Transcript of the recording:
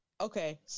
okay